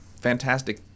Fantastic